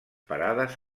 parades